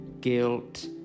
guilt